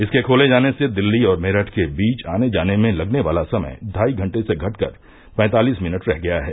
इसके खोले जाने से दिल्ली और मेरठ के बीच आने जाने में लगने वाला समय ढाई घंटे से घटकर पैंतालीस मिनट रह गया है